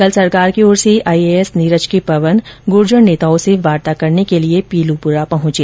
कल सरकार की ओर से आईएएस नीरज के पवन गूर्जर नेताओं से वार्ता करने के लिए पीलूपुरा पहुंचे